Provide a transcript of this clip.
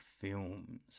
films